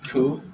Cool